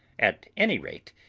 at any rate,